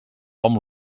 hom